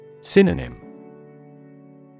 Synonym